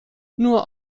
nur